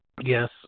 Yes